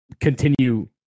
continue